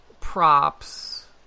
props